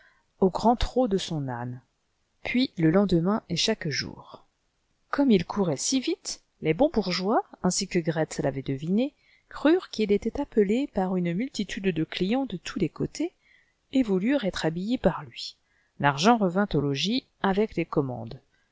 au grand trot de son âne puis le lendemain et chaque jour comme il courait si vite les bons bourgeois ainsi que grethe l'avait deviné crurent qu'il était appelé par une multitude de clients de tous les côtés et voulurent être habillés par lui l'argent revint au logis avec les commandes